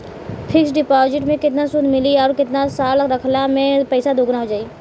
Fix deposit मे केतना सूद मिली आउर केतना साल रखला मे पैसा दोगुना हो जायी?